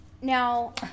Now